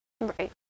Right